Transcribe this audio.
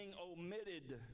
omitted